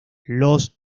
los